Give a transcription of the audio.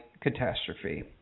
catastrophe